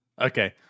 Okay